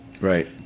Right